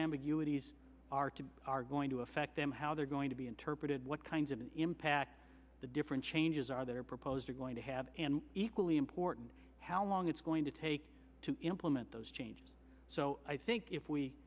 these are to are going to affect them how they're going to be interpreted what kinds of an impact the different changes are that are proposed are going to have and equally important how long it's going to take to implement those changes so i think if we